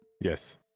Yes